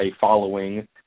following